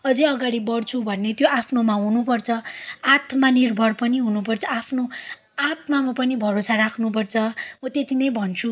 अझै अगाडि बढ्छु भन्ने त्यो आफ्नोमा हुनुपर्छ आत्मानिर्भर पनि हुनुपर्छ आफ्नो आत्मामा पनि भरोसा राख्नुपर्छ म त्यति नै भन्छु